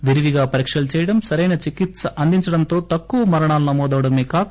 విరివిగా పరీక్షలు చేయడం సరైన చికిత్ప అందించడంతో తక్కువ మరణాలు నమోదవడమే గాక